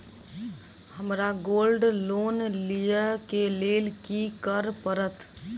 हमरा gold loan लिय केँ लेल की करऽ पड़त?